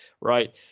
right